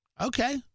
Okay